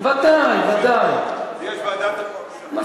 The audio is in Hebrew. יש ועדת הפרשנות.